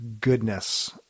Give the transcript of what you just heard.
goodness